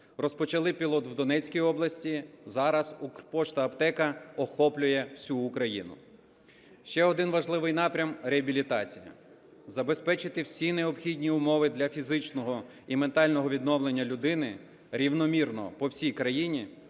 Розпочали пілот в Донецькій області, зараз "Укрпошта. Аптека" охоплює всю Україну. Ще один важливий напрям – реабілітація. Забезпечити всі необхідні умови для фізичного і ментального відновлення людини рівномірно по всій країні